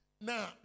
Now